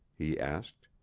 he asked.